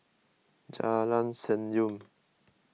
Jalan Senyum